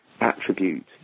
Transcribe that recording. attribute